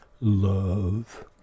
love